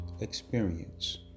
experience